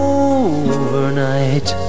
overnight